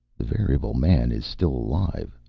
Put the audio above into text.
the variable man is still alive,